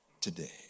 today